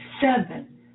seven